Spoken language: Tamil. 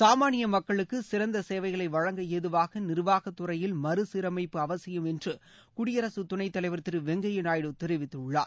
சுமானிய மக்களுக்கு சிறந்த சேவைகளை வழங்க ஏதுவாக நிர்வாக துறையில் மறுசீரமைப்பு அவசியம் என்று குடியரசு துணைத் தலைவர் வெங்கய்யா நாயுடு தெரிவித்துள்ளார்